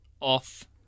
off